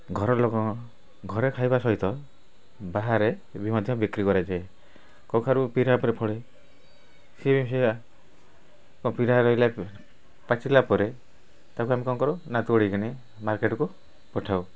ଘର ଲୋକଙ୍କ ଘରେ ଖାଇବା ସହିତ ବାହାରେ ବି ମଧ୍ୟ ବିକ୍ରି କରାଯାଏ କଖାରୁ ପିଢ଼ା ଉପରେ ଫଳେ ସିଏବି ସେଇଆ ଓ ରହିଲେ ପାଚିଲା ପରେ ତାକୁ ଆମେ କ'ଣ କରୁ ନା ତୋଳିକିନି ମାର୍କେଟ୍କୁ ପଠାଉ